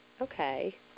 Okay